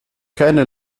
keine